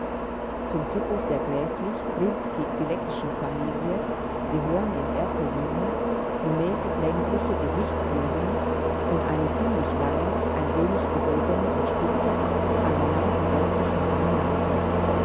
zum typus der gräflich brinski kwileckischen familie gehören in erster linie die mäßig längliche gesichtsbildung und eine ziemlich lange ein wenig gebogene und spitze an der nasenwurzel schmale nase